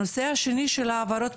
הנושא השני של ההעברות,